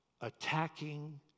attacking